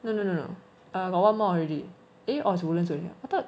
no no no no err got one more already eh or is woodlands only I thought